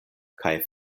kaj